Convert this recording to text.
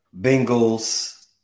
Bengals